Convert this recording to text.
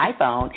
iPhone